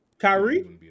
Kyrie